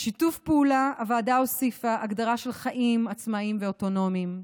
בשיתוף פעולה הוועדה הוסיפה הגדרה של חיים עצמאיים ואוטונומיים.